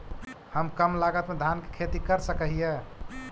हम कम लागत में धान के खेती कर सकहिय?